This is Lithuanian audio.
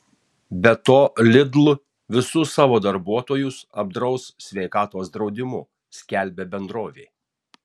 be to lidl visus savo darbuotojus apdraus sveikatos draudimu skelbia bendrovė